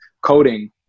coding